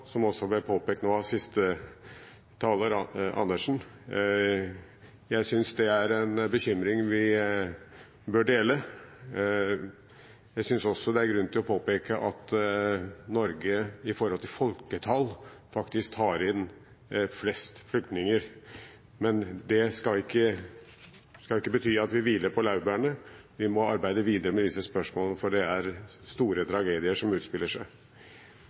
som også ble påpekt av representanten Karin Andersen. Jeg synes det er en bekymring vi bør dele. Jeg synes også det er grunn til å påpeke at Norge i forhold til folketall faktisk tar inn flest flyktninger, men det skal ikke bety at vi hviler på laurbærene. Vi må arbeide videre med disse spørsmålene, for det er store tragedier som utspiller seg.